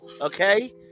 Okay